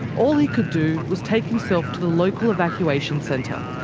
all he could do was take himself to the local evacuation centre,